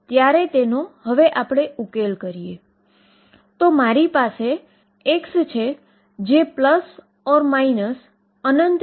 જે E તરીકે આપવામાં આવશે જે 2πEh બરાબર છે